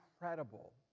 incredible